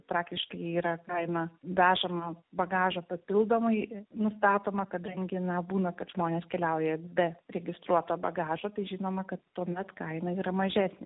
praktiškai yra kaina vežamo bagažo papildomai nustatoma kadangi na būna kad žmonės keliauja be registruoto bagažo tai žinoma kad tuomet kaina yra mažesnė